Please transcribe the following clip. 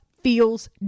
feels